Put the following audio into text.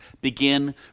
begin